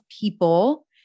people